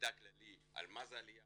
מידע כללי על מה זה עליה,